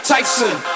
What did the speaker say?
Tyson